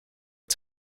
het